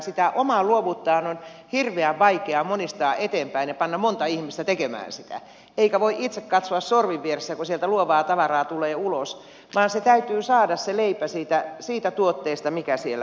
sitä omaa luovuuttaan on hirveän vaikea monistaa eteenpäin ja panna monta ihmistä tekemään sitä eikä voi itse katsoa sorvin vieressä kun sieltä luovaa tavaraa tulee ulos vaan se leipä täytyy saada siitä tuotteesta mikä siellä tulee